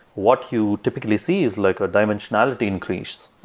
what you typically see is like a dimensionality increase.